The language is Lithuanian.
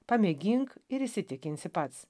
pamėgink ir įsitikinsi pats